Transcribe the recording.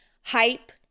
hype